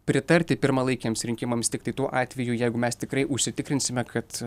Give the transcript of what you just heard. pritarti pirmalaikiams rinkimams tiktai tuo atveju jeigu mes tikrai užsitikrinsime kad